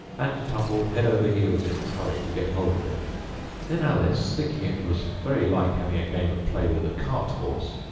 and tumbled head over heels in its hurry to get hold of it then alice, thinking it was very like having a game of play with a cart-horse,